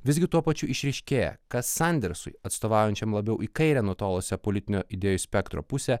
visgi tuo pačiu išryškėja kad sandersui atstovaujančiam labiau į kairę nutolusią politinio idėjų spektro pusę